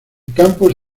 campus